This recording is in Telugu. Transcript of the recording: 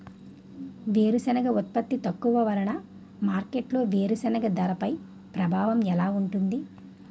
వేరుసెనగ ఉత్పత్తి తక్కువ వలన మార్కెట్లో వేరుసెనగ ధరపై ప్రభావం ఎలా ఉంటుంది?